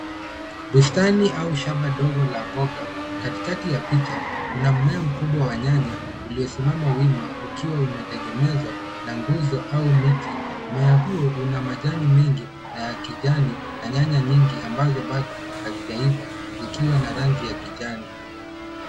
Bustani au shamba ndogo la mboga katikati ya picha kuna mmea mkubwa wa nyanya uliosimama wima ukiwa umetegemezwa na nguzo au miti. Mmea huo una majani mengi na ya kijani na nyanya nyingi ambazo bado hazijaiva zikiwa na rangi ya kijani.